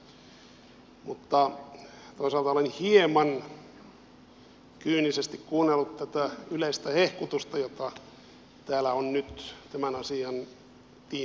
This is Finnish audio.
mutta toisaalta olen hieman kyynisesti kuunnellut tätä yleistä hehkutusta jota täällä on nyt tämän asian tiimoilta pidetty